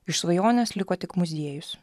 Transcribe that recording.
iš svajonės liko tik muziejus